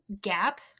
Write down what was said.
gap